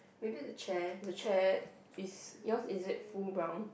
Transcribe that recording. maybe the chair the chair is yours is it full brown